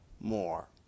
more